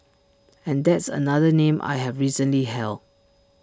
and that's another name I have recently held